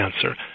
cancer